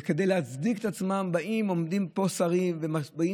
וכדי להצדיק את עצמם עומדים פה שרים ומתחילים